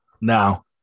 now